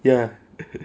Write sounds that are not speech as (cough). ya (laughs)